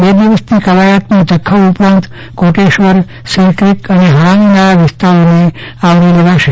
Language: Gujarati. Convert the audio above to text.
બે દિવસની કવાયતમાં જખો ઉપરાંત કોટેશ્વર સિરક્રક અને હરામીનાળા વિસ્તારોને આવરી લેવાશે